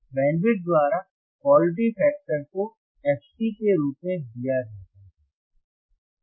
bandwidth द्वारा quality factor को fC के रूप में दिया जाता है